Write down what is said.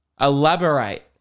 elaborate